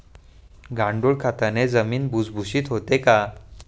गांडूळ खताने जमीन भुसभुशीत होते का?